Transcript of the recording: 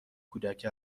کودک